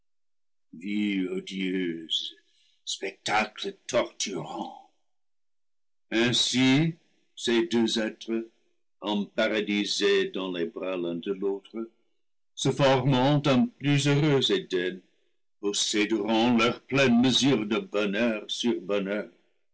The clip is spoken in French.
spectacle torturant ainsi ces deux êtres em paradisés dans les bras l'un de l'autre se formant un plus heu reux éden posséderont leur pleine mesure de bonheur sur bonheur